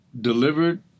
delivered